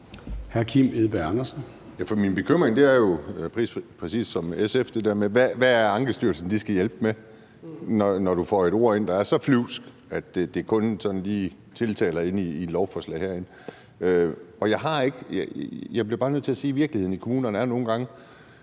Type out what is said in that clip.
nemlig det der med, hvad det er, Ankestyrelsen skal hjælpe med, når der er kommet et ord ind, der er så flyvsk, at det kun sådan lige er tiltalende i et lovforslag herinde. Jeg bliver bare nødt til at sige, at virkeligheden i kommunerne nogle gange